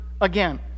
again